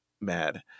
mad